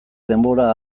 denbora